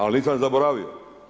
Ali nisam zaboravio.